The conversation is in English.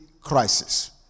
crisis